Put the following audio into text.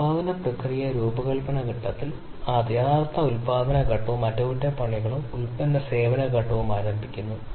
അതിനാൽ സിഗ്മ സ്ക്വയറിനെ n minus 1 sigma i കൊണ്ട് പ്രതിനിധീകരിക്കാമെന്ന് നിങ്ങൾക്കറിയാം 1 മുതൽ n yi minus mu square yi µ 2 വരെ വ്യത്യാസപ്പെടുന്നു